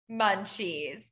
munchies